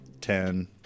Ten